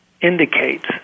indicates